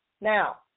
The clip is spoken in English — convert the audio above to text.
Now